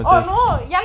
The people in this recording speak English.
so yours is